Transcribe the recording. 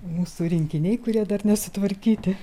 mūsų rinkiniai kurie dar nesutvarkyti